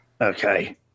okay